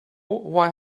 why